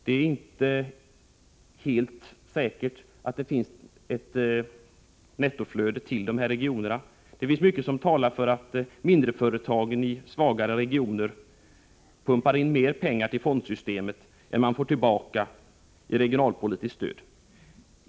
Det är troligt att vi har ett nettoutflöde av kapital från dessa regioner. Mycket talar för att mindre företag i svaga regioner pumpar in mer pengar till fondsystemet än man får tillbaka i regionalpolitiskt stöd.